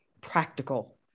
practical